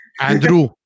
Andrew